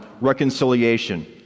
reconciliation